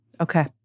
Okay